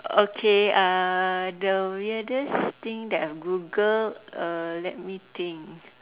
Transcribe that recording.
okay uh the weirdest thing that I Googled uh let me think